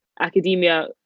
academia